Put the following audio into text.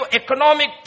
economic